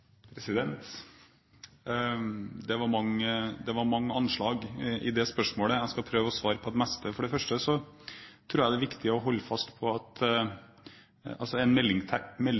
Beklager. Det var mange anslag i det spørsmålet. Jeg skal prøve å svare på det meste. For det første tror jeg det er viktig å holde fast på at en